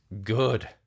good